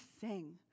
sing